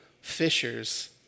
fishers